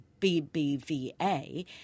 BBVA